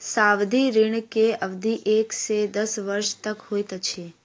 सावधि ऋण के अवधि एक से दस वर्ष तक होइत अछि